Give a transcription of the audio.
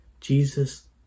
Jesus